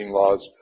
laws